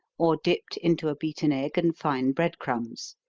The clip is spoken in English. or dipped into a beaten egg and fine bread crumbs.